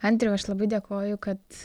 andriau aš labai dėkoju kad